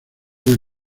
del